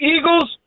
Eagles